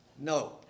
No